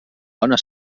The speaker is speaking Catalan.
bona